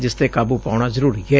ਜਿਸ ਤੇ ਕਾਬੁ ਪਾਉਣਾ ਜ਼ਰੂਰੀ ਏ